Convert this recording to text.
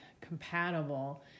compatible